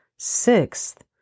Sixth